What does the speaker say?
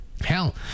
Hell